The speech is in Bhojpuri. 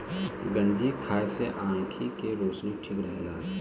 गंजी खाए से आंखी के रौशनी ठीक रहेला